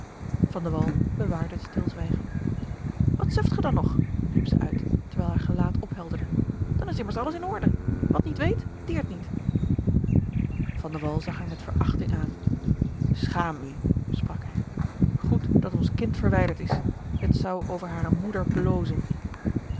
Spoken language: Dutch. bewaarde het stilzwijgen wat suft ge dan nog riep zij uit terwijl haar gelaat ophelderde dan is immers alles in orde wat niet weet deert niet van de wall zag haar met verachting aan schaam u sprak hij goed dat ons kind verwijderd is het zou over hare moeder blozen